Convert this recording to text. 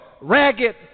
ragged